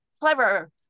clever